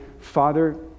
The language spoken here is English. father